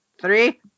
three